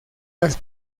las